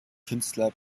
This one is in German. künstler